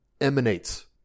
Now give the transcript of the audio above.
emanates